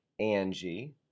Angie